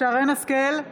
שרן מרים השכל,